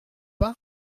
pas